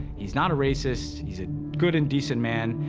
he's not a racist, he's a good and decent man.